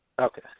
Okay